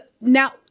Now